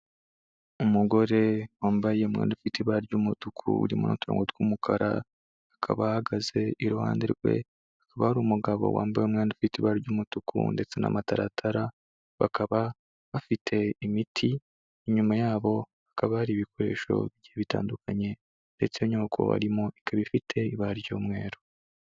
Umugore wambaye umwenda ufite ibara ry'umutuku urimo n'uturongo tw'umukara, akaba ahagaze, iruhande rwe hakaba hari umugabo wambaye umwenda w'ibara ry'umutuku ndetse n'amataratara, bakaba bafite imiti, inyuma yabo hakaba hari ibikoresho bigiye bitandukanye ndetse n'inyubako barimo ikaba ifite ibara ry'umweru.